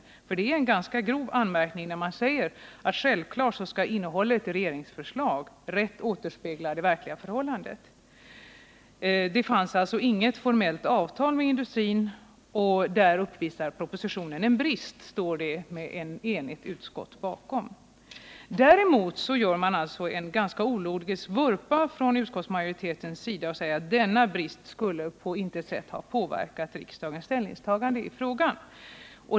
Det är nämligen en ganska grov anmärkning man ger när man säger att självfallet skall innehållet i regeringsförslag rätt återspegla det verkliga förhållandet och att propositionen härvidlag således uppvisar en brist. Däremot gör den borgerliga utskottsmajoriteten en ganska ologisk vurpa och säger att denna brist skulle på intet sätt ha påverkat riksdagens ställningstagande i frågan.